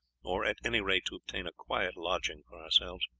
or at any rate to obtain a quiet lodging for ourselves.